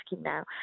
now